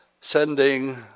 sending